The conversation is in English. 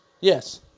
Yes